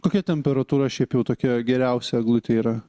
kokia temperatūra šiaip jau tokia geriausia eglutei yra